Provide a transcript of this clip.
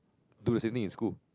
do the same thing in school